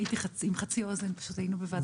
הייתי עם חצי אוזן כשהיינו בוועדת החוץ והביטחון.